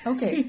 Okay